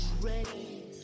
ready